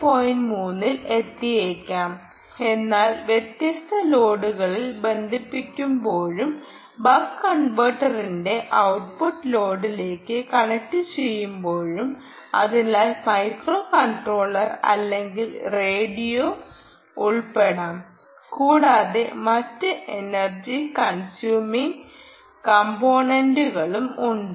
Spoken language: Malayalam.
3 ൽ എത്തിയേക്കാം എന്നാൽ വ്യത്യസ്ത ലോഡുകൾ ബന്ധിപ്പിക്കുമ്പോഴും ബക്ക് കൺവെർട്ടറിന്റെ ഔട്ട്പുട്ട് ലോഡിലേക്ക് കണക്റ്റുചെയ്യുമ്പോഴും അതിൽ മൈക്രോ കൺട്രോളർ അല്ലെങ്കിൽ റേഡിയോ ഉൾപ്പെടാം കൂടാതെ മറ്റ് എനർജി കൺസ്യൂമിംഗ് കമ്പൊനെൻ്റുകളും ഉണ്ട്